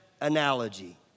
analogy